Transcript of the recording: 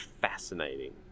fascinating